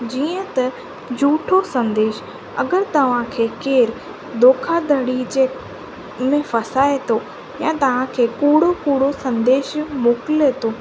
जीअं त झुठो संदेशु अगरि तव्हांखे केरु धोखाधड़ी जे में फसाए थो या तव्हांखे कुड़ो कुड़ो संदेशु मोकिले थो